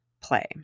play